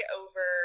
over